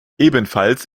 ebenfalls